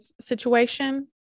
situation